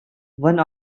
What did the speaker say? one